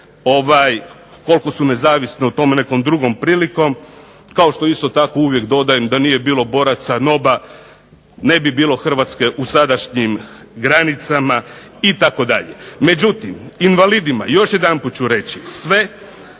Koliko su nezavisne o tome nekom drugom prilikom, kao što isto tako uvijek dodajem da nije bilo boraca NOB-a ne bi bilo Hrvatske u sadašnjim granicama itd. Međutim, invalidima, još jedanput ću reći, sve,